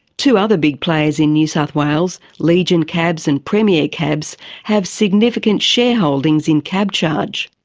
two other big players in new south wales legion cabs and premier cabs have significant shareholdings in cabcharge.